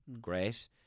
Great